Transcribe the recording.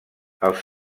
els